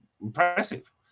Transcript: impressive